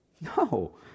No